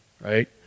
Right